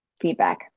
feedback